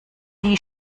die